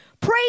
praise